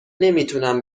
نمیتونم